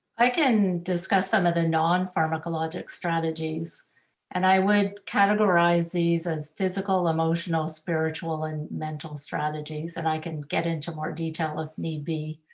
i can discuss some of the non-pharmacologic strategies and i would categorize these as physical, emotional, spiritual, and mental strategies. and i can get into more detail if need be.